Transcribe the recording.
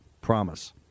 promise